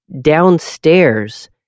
downstairs